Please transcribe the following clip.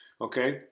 Okay